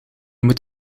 moet